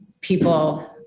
people